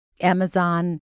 Amazon